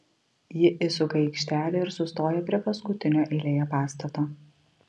ji įsuka į aikštelę ir sustoja prie paskutinio eilėje pastato